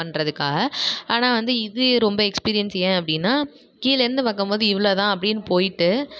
பண்ணுறதுக்காக ஆனால் வந்து இது ரொம்ப எக்ஸ்பீரியன்ஸ் ஏன் அப்படின்னா கீழேர்ந்து பார்க்கம்போது இவ்வளதான் அப்படின்னு போய்விட்டு